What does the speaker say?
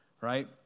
right